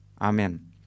amen